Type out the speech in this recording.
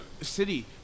city